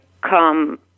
come